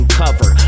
cover